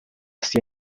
sia